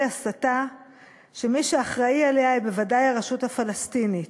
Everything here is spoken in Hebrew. הסתה שמי שאחראית לה היא בוודאי הרשות הפלסטינית,